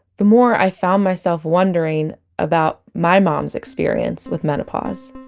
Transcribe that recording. the more i found myself wondering about my mom's experience with menopause